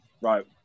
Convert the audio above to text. right